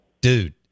dude